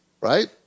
right